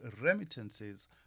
remittances